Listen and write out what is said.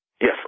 Yes